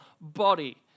body